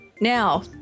Now